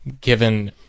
given